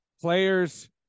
players